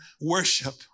worship